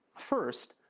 first,